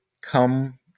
come